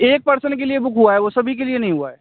एक पर्सन के लिए बुक हुआ है वो सभी के लिए नहीं हुआ है